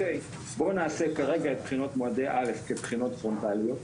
בוא נעשה כרגע את בחינות מועדי א' כבחינות פרונטליות,